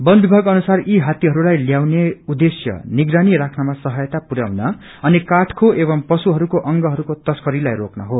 वन विमाग अनुसार यी हात्तीहरूलाई ल्याउने उद्देश्य निगरानी राख्नमा सहायता पुर्याउनअनि काठको एवं पुशुहरूको अगहरूको तस्करीलाई रोक्न हो